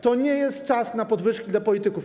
To nie jest czas na podwyżki dla polityków.